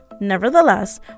Nevertheless